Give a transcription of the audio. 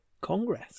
Congress